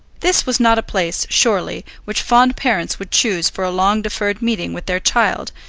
this was not a place, surely, which fond parents would choose for a long-deferred meeting with their child,